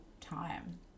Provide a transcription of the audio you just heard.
time